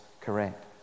correct